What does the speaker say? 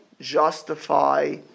justify